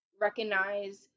recognize